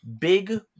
big